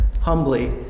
humbly